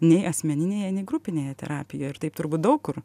nei asmeninėje nei grupinėje terapijoje ir taip turbūt daug kur